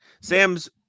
Sam's